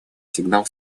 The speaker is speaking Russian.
сигнал